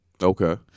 Okay